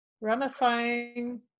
ramifying